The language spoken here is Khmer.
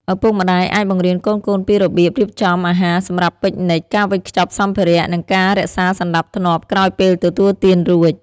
ឪពុកម្តាយអាចបង្រៀនកូនៗពីរបៀបរៀបចំអាហារសម្រាប់ពិកនិច ការវេចខ្ចប់សម្ភារៈ និងការរក្សាសណ្តាប់ធ្នាប់ក្រោយពេលទទួលទានរួច។